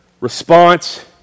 response